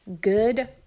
Good